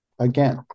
Again